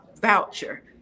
voucher